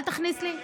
אל תכניס לי אביר,